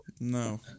No